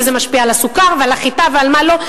וזה משפיע על הסוכר ועל החיטה ועל מה לא.